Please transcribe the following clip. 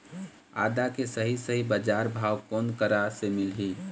आदा के सही सही बजार भाव कोन करा से मिलही?